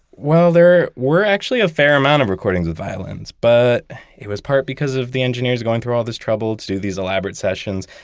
well, there were actually a fair amount of recordings with violins, but it was part because of the engineer's going through all this trouble to do these elaborate sessions.